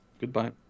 Goodbye